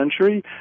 century